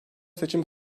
seçim